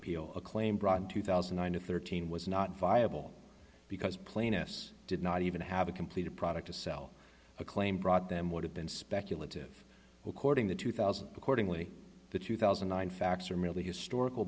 appeal a claim brought in two thousand and nine to thirteen was not viable because plaintiffs did not even have a completed product to sell a claim brought them would have been speculative according the two thousand accordingly the two thousand and nine facts are merely historical